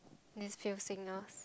these few singers